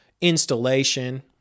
installation